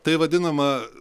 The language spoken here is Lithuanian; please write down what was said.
tai vadinama